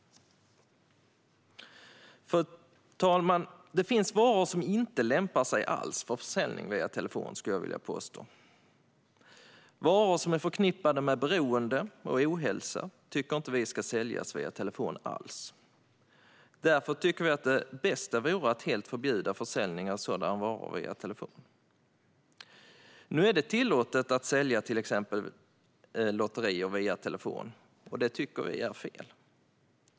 Fru talman! Det finns varor som inte lämpar sig alls för försäljning via telefon, skulle jag vilja påstå. Varor som är förknippade med beroende och ohälsa tycker vi inte ska säljas via telefon alls. Därför tycker vi att det bästa vore att helt förbjuda försäljning av sådana varor via telefon. Nu är det tillåtet att sälja till exempel lotter via telefon, och det tycker vi är fel.